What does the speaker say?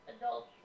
Adult